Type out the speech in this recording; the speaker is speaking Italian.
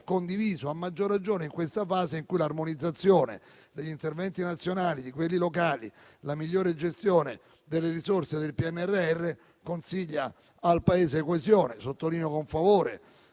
condiviso, a maggior ragione in questa fase in cui l'armonizzazione degli interventi nazionali e locali e la migliore gestione delle risorse del PNRR consigliano al Paese la coesione. Sottolineo con favore